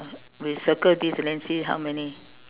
we circle this then see how many